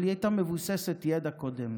אבל היא הייתה מבוססת על ידע קודם.